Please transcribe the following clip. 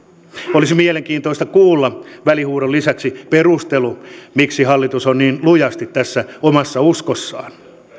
olisi mielenkiintoista kuulla välihuudon lisäksi perustelu miksi hallitus on niin lujasti tässä omassa uskossaan